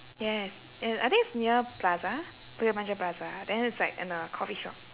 yes uh I think it's near plaza bukit panjang plaza then it's like in a coffee shop